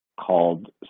called